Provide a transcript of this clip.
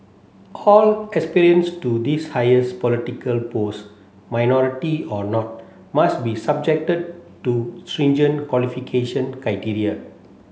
all aspirants to this highest political post minority or not must be subjected to stringent qualification criteria